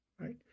right